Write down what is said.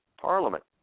Parliament